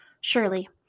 Surely